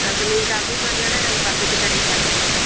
அப்போ நீங்கள் கம்மி பண்ணலன்னா நாங்கள் பக்கத்து கடையை பார்த்துக்குவோம்